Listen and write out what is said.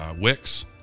Wix